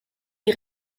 die